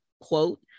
quote